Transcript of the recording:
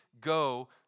go